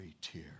tear